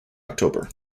october